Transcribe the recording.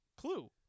Clue